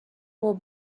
will